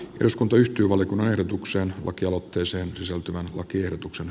eduskunta yhtyi valkon ehdotukseen vakiootteeseen kyselty vaan lakiehdotuksen